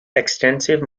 extensive